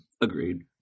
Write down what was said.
Agreed